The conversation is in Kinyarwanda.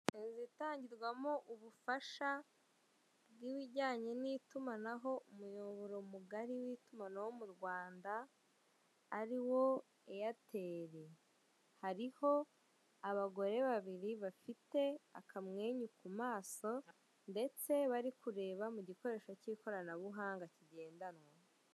Inzu itangirwamo ubufasha bw'ibijyanye n'itumanaho umuyoboro mugari w'itumanaho mu Rwanda ariwo airtel, hariho abagore babiri bafite akamwenyu ku maso ndetse bari kureba mu gikoresho cy'ikoranabuhanga kigendanwa.